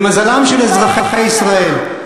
למזלם של אזרחי ישראל,